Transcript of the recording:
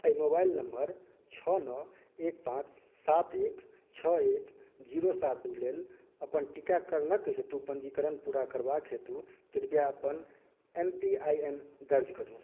एहि mobile number छओ नओ एक पाँच सात एक छओ एक जीरो सात दू लेल अपन टीकाकरणक हेतु पञ्जीकरण पूरा करबाक हेतु कृपया अपन एम पी आइ एन दर्ज करू